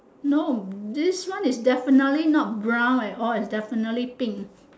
no this one is definitely not brown at all it's definitely pink